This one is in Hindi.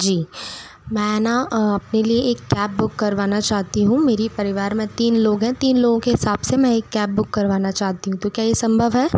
जी मैं न अपने लिए एक कैब बुक करवाना चाहती हूँ मेरी परिवार मे तीन लोग है तीन लोगों के हिसाब से मैं एक कैब बुक करवाना चाहती हूँ तो क्या ये संभव है